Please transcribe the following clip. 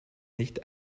nicht